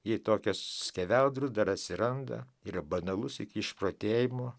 į tokias skeveldras dar atsiranda yra banalus iki išprotėjimo